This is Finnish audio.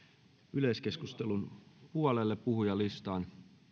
yleiskeskustelun puolelle puhujalistaan